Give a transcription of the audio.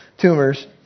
tumors